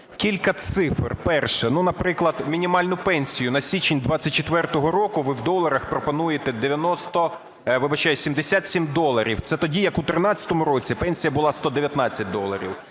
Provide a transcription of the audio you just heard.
Кілька цифр. Перше. Наприклад, мінімальну пенсію на січень 2024 року ви в доларах пропонуєте 77 доларів, це тоді як у 2013 році пенсія була 119 доларів.